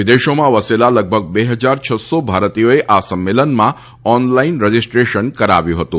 વિદેશોમાં વસેલા લગભગ બે ફજાર છસ્સો ભારતીયોએ આ સંમેલનમાં ઓનલાઇન રજીસ્ટ્રેશન કરાવ્યું હતું